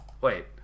Wait